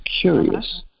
curious